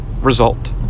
result